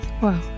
wow